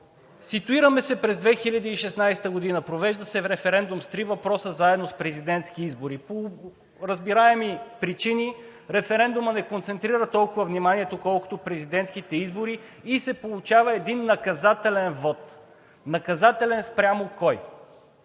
ситуираме се през 2016 г., провежда се референдум с три въпроса заедно с президентски избори. По разбираеми причини референдумът не концентрира толкова вниманието, колкото президентските избори и се получава един наказателен вот. Наказателен спрямо кого?